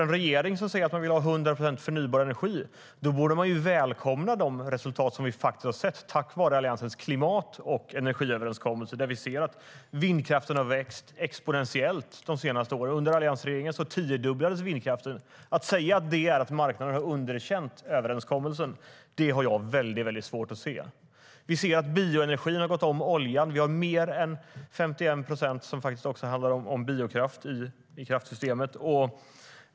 En regering som säger sig vilja ha 100 procent förnybar energi borde välkomna de resultat som vi har sett tack vare Alliansens klimat och energiöverenskommelse, där vi ser att vindkraften har växt exponentiellt de senaste åren. Under alliansregeringen tiodubblades vindkraften. Att säga att det är att marknaden har underkänt överenskommelsen har jag väldigt svårt att se. Vi ser att bioenergin har gått om oljan. Vi har mer än 51 procent som också handlar om biokraft i kraftsystemet.